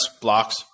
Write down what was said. blocks